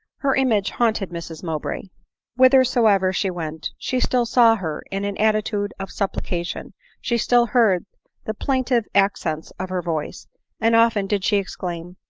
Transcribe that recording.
her image haunted mrs mowbray whithersoever she went, she still saw her in an attitude of supplication she still heard the plaintive accents of her voice and often did she exclaim,